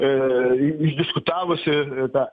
e išdiskutavusi e tą